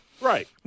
Right